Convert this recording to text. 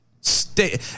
Stay